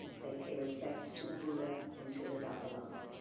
they pay respects to the buddha and to the dalai lama.